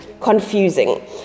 confusing